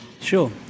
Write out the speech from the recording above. Sure